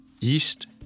East